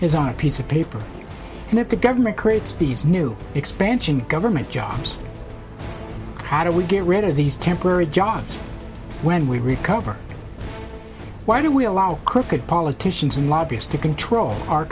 is on a piece of paper and if the government creates these new expansion of government jobs how do we get rid of these temporary jobs when we recover why do we allow crooked politicians and lobbyists to control our